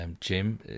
Jim